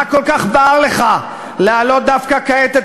מה כל כך בער לך להעלות דווקא כעת את